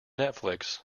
netflix